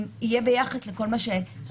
נכון.